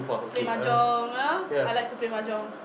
play mahjong ah I like to play mahjong